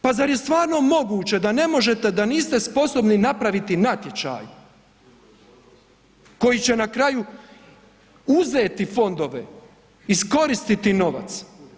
Pa zar je stvarno moguće da ne možete da niste sposobni napraviti natječaj koji će na kraju uzeti fondove, iskoristiti novac.